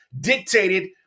dictated